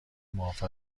معاف